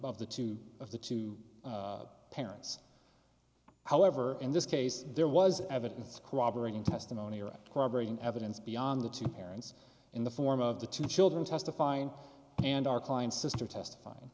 of the two of the two parents however in this case there was evidence cooperating testimony or corroborating evidence beyond the two parents in the form of the two children testifying and our client's sister testifying